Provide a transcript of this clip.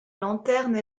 lanterne